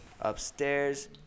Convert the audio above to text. upstairs